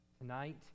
Tonight